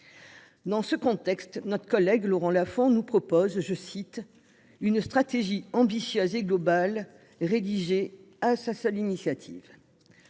Dans ce contexte, notre collègue Laurent Lafon nous propose une « stratégie ambitieuse et globale », rédigée sur sa seule initiative.